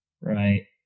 right